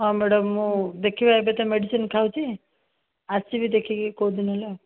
ହଁ ମ୍ୟାଡାମ୍ ମୁଁ ଦେଖିବା ଏବେ ତ ମେଡିସିନ୍ ଖାଉଛି ଆସିବି ଦେଖିକି କେଉଁଦିନ ହେଲେ ଆଉ